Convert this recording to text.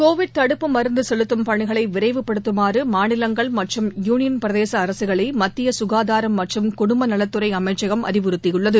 Covid தடுப்பு மருந்து செலுத்தும் பணிகளை விரைவுபடுத்துமாறு மாநிலங்கள் மற்றும் யூனியன் பிரதேச அரசுகளை மத்திய சுகாதாரம் மற்றும் குடும்பநலத்துறை அமைச்சகம் அறிவுறுத்தியுள்ளது